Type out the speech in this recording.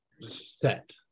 set